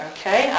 Okay